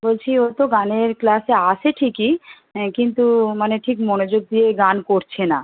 বলছি ওতো গানের ক্লাসে আসে ঠিকই কিন্তু মানে ঠিক মনোযোগ দিয়ে গান করছে না